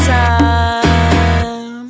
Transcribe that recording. time